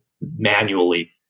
manually